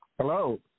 Hello